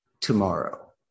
tomorrow